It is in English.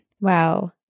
Wow